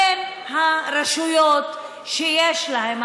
בין הרשויות שיש להן,